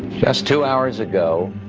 just two hours ago,